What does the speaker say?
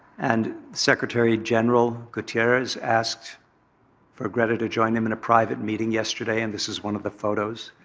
and secretary-general guterres asked for greta to join him in a private meeting yesterday. and this is one of the photos.